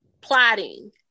plotting